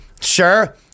Sure